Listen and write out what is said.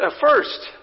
first